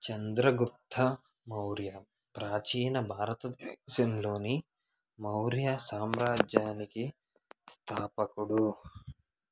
చంద్రగుప్త మౌర్య ప్రాచీన భారతదేశంలోని మౌర్య సామ్రాజ్యానికి స్థాపకుడు